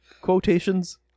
Quotations